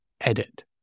edit